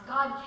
God